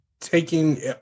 taking